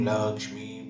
Lakshmi